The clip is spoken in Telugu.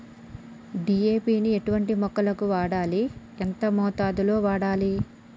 డీ.ఏ.పి ని ఎటువంటి మొక్కలకు వాడాలి? ఎంత మోతాదులో వాడాలి?